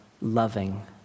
loving